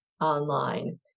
online